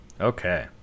Okay